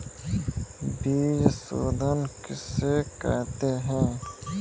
बीज शोधन किसे कहते हैं?